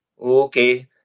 Okay